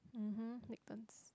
mmhmm take turns